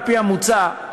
על-פי המוצע,